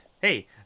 Hey